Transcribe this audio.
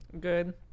Good